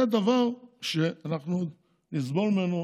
זה דבר שברור שאנחנו נסבול ממנו